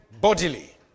bodily